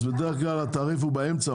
בדרך כלל התעריף באמצע,